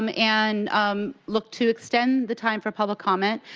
um and um look to extend the time for public comment.